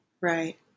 right